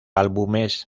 álbumes